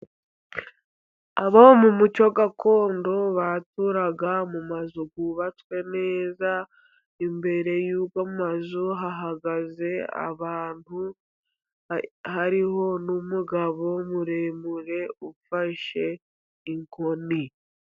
Abo mu muco gakondo baturaga mu mazu yubatswe neza, imbere y'amazu hahagaze abantu hariho n'umugabo muremure ufashe inkoni.